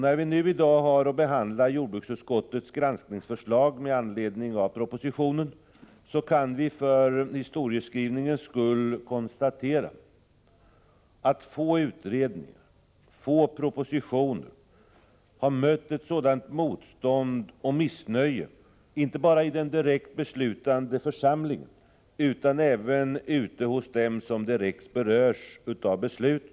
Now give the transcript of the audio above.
När vi i dag har att behandla jordbruksutskottets granskningsförslag med anledning av propositionen kan vi för historieskrivningens skull konstatera att få utredningar och få propositioner har mött ett sådant motstånd och missnöje, inte bara i den direkt beslutande församlingen, utan även ute hos dem som direkt berörs av besluten.